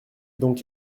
donc